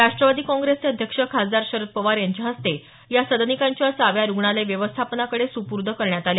राष्टवादी कॉंप्रेसचे अध्यक्ष खासदार शरद पवार यांच्या हस्ते या सदनिकांच्या चाव्या रुग्णालय व्यवस्थापनाकडे सूपूर्द करण्यात आल्या